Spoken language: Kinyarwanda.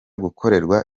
gukorerwa